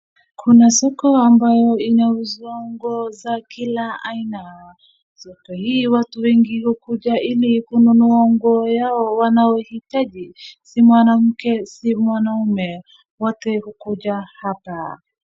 Kuna soko ambayo inauzwa nguo za kila aina, soko hii watu wengi hukuja ili kununa nguo yao wanao hitaji si mwanamke si mwanaume wote hukuja hapa.